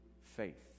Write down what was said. faith